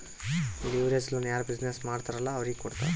leverage loan ಯಾರ್ business ಮಾಡ್ತಾರ್ ಅಲ್ಲಾ ಅವ್ರಿಗೆ ಕೊಡ್ತಾರ್